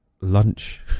lunch